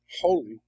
holy